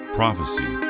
prophecy